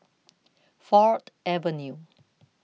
Ford Avenue